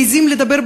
מעזים לדבר,